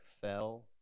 fell